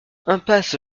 impasse